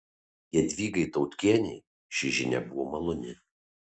jadvygai tautkienei ši žinia buvo maloni